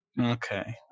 Okay